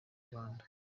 rwanda